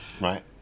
right